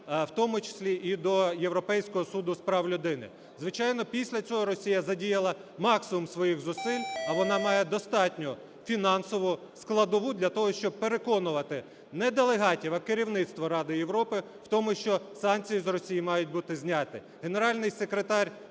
в тому числі і до Європейського суду з прав людини. Звичайно, після цього Росія задіяла максимум своїх зусиль, а вона має достатню фінансову складову для того, щоб переконувати не делегатів, а керівництво Ради Європи в тому, що санкції з Росії мають бути зняті.